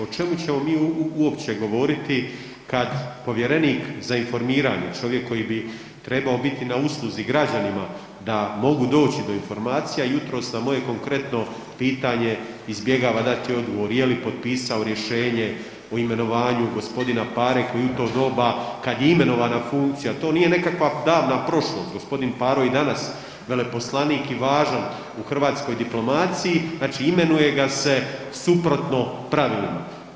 O čemu ćemo mi uopće govoriti kad povjerenik za informiranje, čovjek koji bi trebao biti na usluzi građanima, da mogu doći do informacija, jutros na moje konkretno pitanje izbjegava dati odgovor je li potpisao rješenje o imenovanju g. Pare koji je u to doba kad je imenovana funkcija, to nije nekakva prošlost, g. Paro je i danas veleposlanik i važan u hrvatskoj diplomaciji, znači imenuje ga se suprotno pravilima.